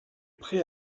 prêts